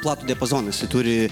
platų diapazoną jisai turi